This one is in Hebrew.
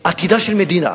שעתידה של מדינה